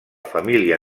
família